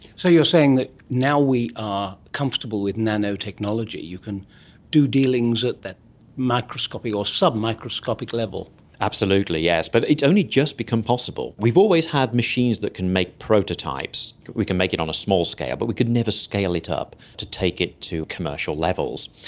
so you're saying that now we are comfortable with nanotechnology you can do dealings at that microscopic or sub-microscopic level. absolutely, yes. but it's only just become possible. we've always had machines that can make prototypes. we can make it on a small scale but we could never scale it up to take it to commercial levels.